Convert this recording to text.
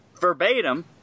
verbatim